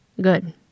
Good